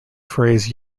phrase